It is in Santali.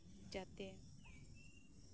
ᱡᱟᱛᱮ